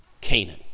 Canaan